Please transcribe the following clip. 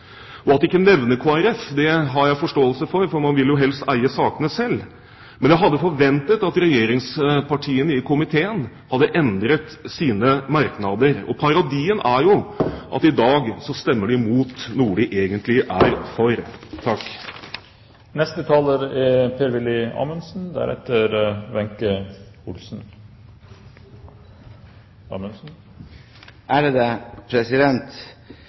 At de ikke nevner Kristelig Folkeparti, har jeg forståelse for, for man vil jo helst eie sakene selv, men jeg hadde forventet at regjeringspartiene i komiteen hadde endret sine merknader. Og parodien er jo at i dag stemmer de imot noe de egentlig er for.